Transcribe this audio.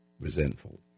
resentful